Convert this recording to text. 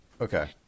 Okay